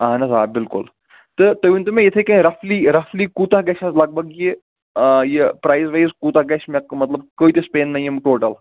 اہن حظ آ بلکل تہٕ تۄہے ونۍ تو مےٚ یِتھے کٔن رفلی رفلی کوٗتاہ گَژھِ حظ لگ بگ یہِ آ یہِ پرایز وایز کوٗتاہ گَژھِ مےٚ کٕم مطلب کۭتس پٮ۪ن مےٚ یِم ٹوٹل